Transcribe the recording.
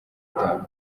itanu